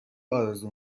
آرزو